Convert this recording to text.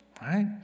Right